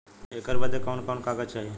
ऐकर बदे कवन कवन कागज चाही?